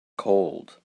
cold